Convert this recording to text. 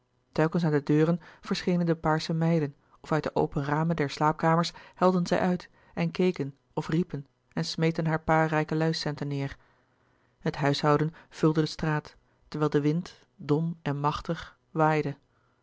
telkens aan de deuren verschenen de paarsche meiden of uit de open ramen der slaapkamers helden zij uit en keken of riepen en smeten haar paar rijke luis centen neêr het huishouden vulde de straat terwijl de wind dom en machtig waaide